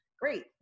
great